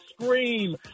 scream